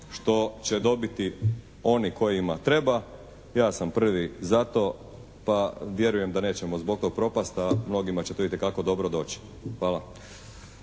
što će dobiti oni kojima treba, ja sam prvi za to pa vjerujem da nećemo zbog toga propasti a mnogima će to itekako dobro doći. Hvala.